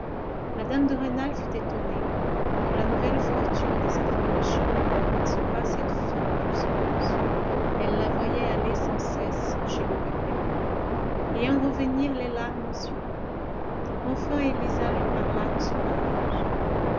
mme de rênal fut étonnée que la nouvelle fortune de sa femme de chambre ne rendît pas cette fille plus heureuse elle la voyait aller sans cesse chez le curé et en revenir les larmes aux yeux enfin élisa lui parla de son mariage